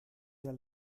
der